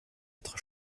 être